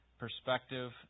perspective